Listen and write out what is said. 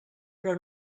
però